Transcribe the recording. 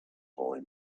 boy